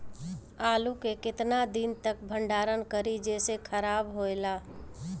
आलू के केतना दिन तक भंडारण करी जेसे खराब होएला?